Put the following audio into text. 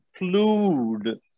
include